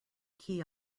key